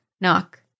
knock